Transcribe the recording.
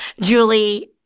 Julie